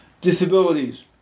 disabilities